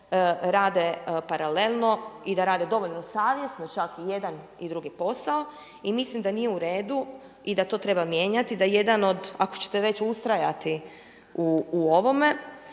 to rade paralelno i da rade dovoljno savjesno čak i jedan i drugi posao. I mislim da nije u redu i da to treba mijenjati. Da jedan od, ako ćete već ustrajati u ovome,